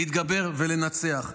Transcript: להתגבר ולנצח.